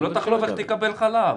אם לא תחלוב, איך תקבל חלב?